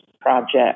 project